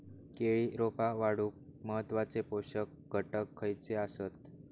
केळी रोपा वाढूक महत्वाचे पोषक घटक खयचे आसत?